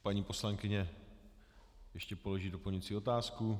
Paní poslankyně ještě položí doplňující otázku.